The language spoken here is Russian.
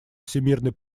всемирной